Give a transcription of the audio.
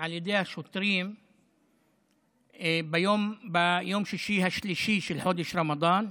על ידי השוטרים ביום שישי השלישי של חודש הרמדאן,